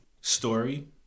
story